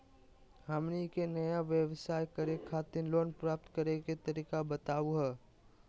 हमनी के नया व्यवसाय करै खातिर लोन प्राप्त करै के तरीका बताहु हो?